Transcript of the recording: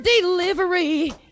delivery